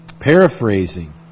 paraphrasing